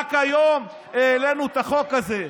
רק היום העלינו את החוק הזה.